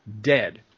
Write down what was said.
dead